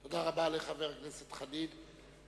תודה רבה לחבר הכנסת חנין.